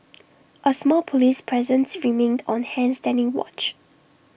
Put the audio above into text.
A small Police presence remained on hand standing watch